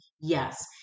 Yes